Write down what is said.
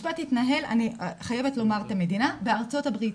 אני חייבת לומר את המדינה בארצות הברית.